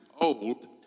old